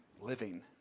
living